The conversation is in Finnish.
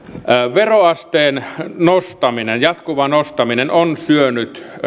veroasteen nostaminen jatkuva nostaminen on syönyt